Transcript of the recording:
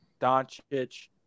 Doncic